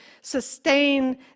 sustain